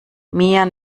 mir